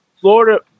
Florida